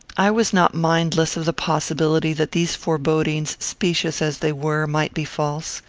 i was not mindless of the possibility that these forebodings, specious as they were, might be false.